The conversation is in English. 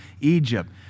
Egypt